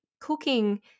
cooking